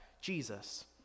Jesus